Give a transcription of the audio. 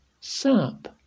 sap